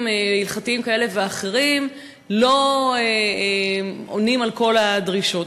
הלכתיים כאלה ואחרים לא עונים על כל הדרישות.